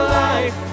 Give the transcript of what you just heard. life